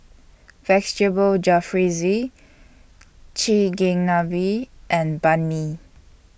Vegetable Jalfrezi Chigenabe and Banh MI